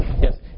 Yes